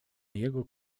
jego